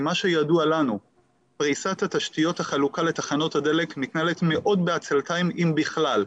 ממה שידוע לנו פריסת תשתיות החלוקה מתנהלת מאוד בעצלתיים אם בכלל,